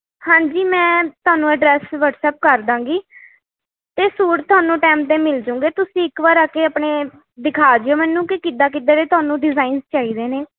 ਹਾਂਜੀ ਮੈਂ ਤੁਹਾਨੂੰ ਐਡਰੈੱਸ ਵਟਸਐਪ ਕਰ ਦੇਵਾਂਗੀ ਅਤੇ ਸੂਟ ਤੁਹਾਨੂੰ ਟੈਮ 'ਤੇ ਮਿਲ ਜੂੰਗੇ ਤੁਸੀਂ ਇੱਕ ਵਾਰ ਆ ਕੇ ਆਪਣੇ ਦਿਖਾ ਜਿਓ ਮੈਨੂੰ ਕੀ ਕਿੱਦਾਂ ਕਿੱਦਾਂ ਦੇ ਤੁਹਾਨੂੰ ਡਿਜ਼ਾਇਨਸ ਚਾਹੀਦੇ ਨੇ